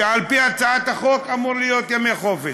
שעל-פי הצעת החוק אמור להיות יום חופש.